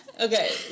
Okay